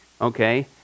okay